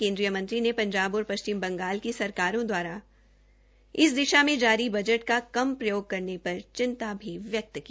केन्द्रीय मंत्री ने पंजाब और पश्चिम बंगाल की सरकारो द्वारा इस दिशा में जारी बजट का कम प्रयोग करने पर चिंता भी व्यक्त की